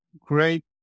great